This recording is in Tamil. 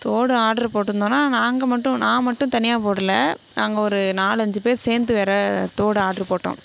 தோடு ஆர்டர் போட்டிருந்தோன்னா நாங்கள் மட்டும் நான் மட்டும் தனியாக போடலை நாங்கள் ஒரு நாலஞ்சு பேர் சேர்ந்து வேறு தோடு ஆர்டரு போட்டோம்